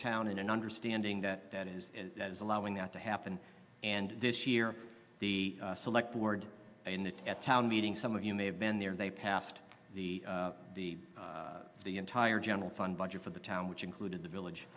town in an understanding that that is allowing that to happen and this year the select board in the town meeting some of you may have been there they passed the the the entire general fund budget for the town which included the village